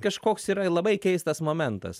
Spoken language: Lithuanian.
kažkoks yra labai keistas momentas